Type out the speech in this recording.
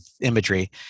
imagery